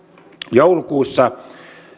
joulukuussa